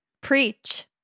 Preach